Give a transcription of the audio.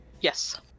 Yes